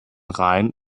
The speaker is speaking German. rhein